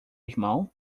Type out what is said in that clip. irmão